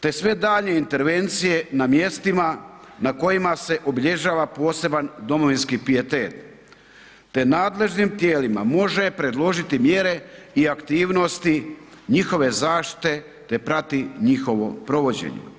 te sve daljnje intervencije na mjestima na kojima se obilježava poseban domovinski pijetet te nadležnim tijelima može predložiti mjere i aktivnosti njihove zaštite te prati njihovo provođenje.